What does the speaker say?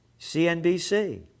CNBC